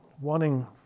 wanting